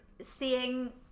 seeing